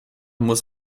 muss